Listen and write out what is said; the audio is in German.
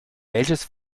welches